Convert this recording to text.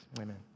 amen